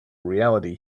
reality